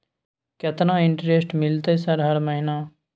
केतना इंटेरेस्ट मिलते सर हर महीना?